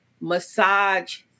massage